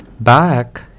Back